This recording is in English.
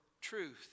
truth